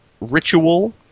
ritual